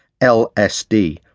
LSD